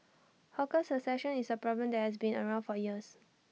hawker succession is A problem that has been around for years